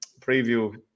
preview